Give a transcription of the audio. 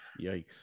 yikes